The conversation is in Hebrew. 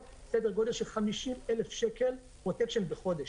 סדר גודל של 50,000 שקל פרוטקשן בחודש.